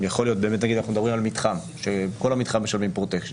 אנחנו נגיד מדברים על מתחם וכל המתחם משלם פרוטקשן,